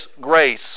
grace